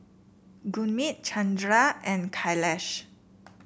Gurmeet Chandra and Kailash